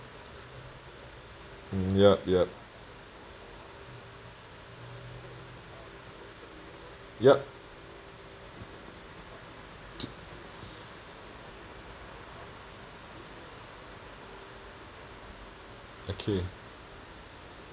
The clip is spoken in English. hmm yup yup yup okay